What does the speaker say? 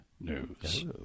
News